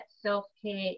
self-care